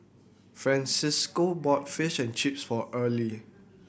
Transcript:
Francesco bought Fish and Chips for Earle